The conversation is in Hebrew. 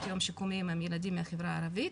יום שיקומיים הם ילדים מהחברה הערבית